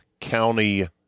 county